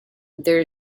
there